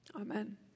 amen